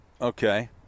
Okay